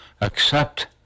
accept